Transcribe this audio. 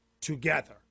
together